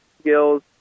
skills